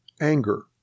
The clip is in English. anger